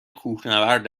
کوهنورد